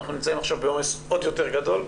אנחנו נמצאים עכשיו בעומס עוד יותר גדול.